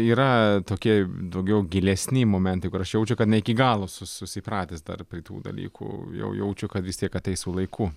yra tokie daugiau gilesni momentai kur aš jaučiu kad ne iki galo su susipratęs tarp kitų dalykų jau jaučiu kad vis tiek ateis su laiku